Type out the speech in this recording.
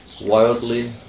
wildly